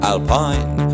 Alpine